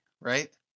right